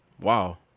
Wow